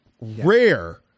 rare